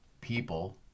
people